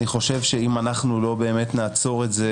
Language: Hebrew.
אני חושב שאם אנחנו לא באמת נעצור את זה